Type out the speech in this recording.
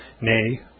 nay